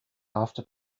after